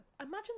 imagine